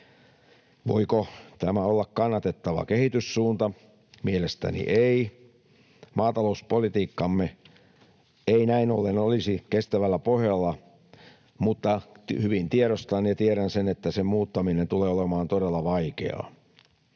Voiko tämä olla kannatettava kehityssuunta? Mielestäni ei. Maatalouspolitiikkamme ei näin ollen olisi kestävällä pohjalla, mutta hyvin tiedostan ja tiedän sen, että sen muuttaminen tulee olemaan todella vaikeaa.